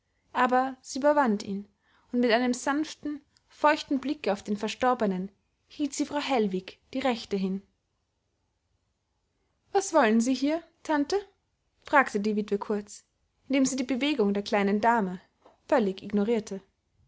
aber sie überwand ihn und mit einem sanften feuchten blicke auf den verstorbenen hielt sie frau hellwig die rechte hin was wollen sie hier tante fragte die witwe kurz indem sie die bewegung der kleinen dame völlig ignorierte